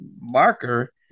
marker